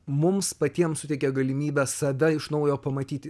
mums patiems suteikia galimybę save iš naujo pamatyti